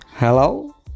Hello